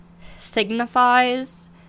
signifies